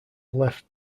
left